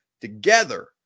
together